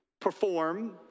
perform